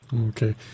Okay